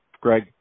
greg